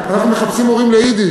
אנחנו מחפשים מורים ליידיש,